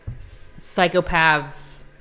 psychopaths